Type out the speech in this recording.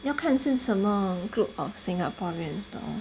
要看是什么 group of singaporeans lor